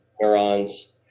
neurons